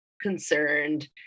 concerned